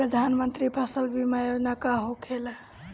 प्रधानमंत्री फसल बीमा योजना का होखेला?